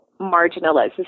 marginalizes